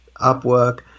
Upwork